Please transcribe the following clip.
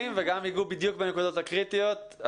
וגם ייגעו בדיוק בנקודות הקריטיות.